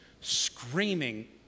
screaming